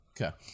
okay